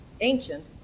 ancient